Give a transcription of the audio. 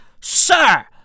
sir